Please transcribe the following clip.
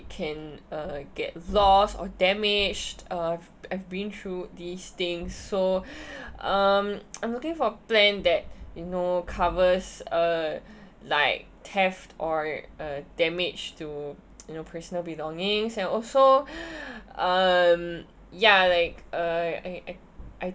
can uh get lost or damaged uh I've been through these things so um I'm looking for plan that you know covers uh like theft or uh damage to you know personal belongings and also um ya like uh I I I